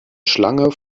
schlange